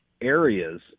areas